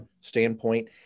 standpoint